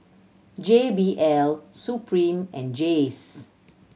J B L Supreme and Jays